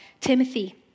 Timothy